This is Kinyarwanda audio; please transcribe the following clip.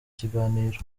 kiganiro